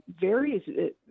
varies